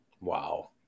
Wow